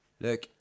Look